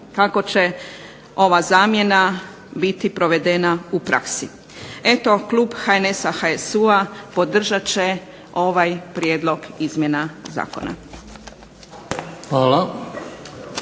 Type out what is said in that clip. kako će ova zamjena biti provedena u praksi. Eto klub HNS-a, HSU-a podržat će ovaj prijedlog izmjena zakona.